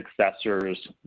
successors